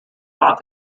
fought